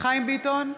חיים ביטון,